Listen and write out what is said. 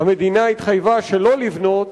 המדינה התחייבה שלא לבנות,